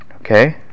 okay